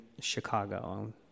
Chicago